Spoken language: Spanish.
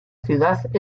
ciudad